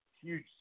huge